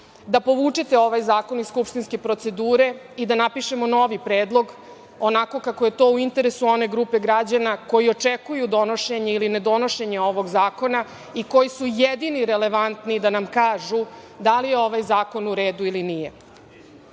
da povučete ovaj zakon iz skupštinske procedure i da napišemo novi predlog, onako kako je to u interesu one grupe građana koji očekuju donošenje ili nedonošenje ovog zakona i koji su jedini relevantni da nam kažu da li je ovaj zakon u redu ili